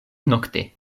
nokte